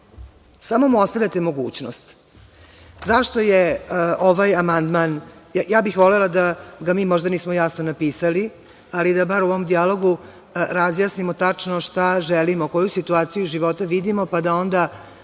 samo mu ostavljate mogućnost. Zašto je ovaj amandman, ja bih volela da, mi ga možda nismo jasno napisali, ali da bar u ovom dijalogu razjasnimo tačno šta želimo, koju situaciju života vidimo, pa da onda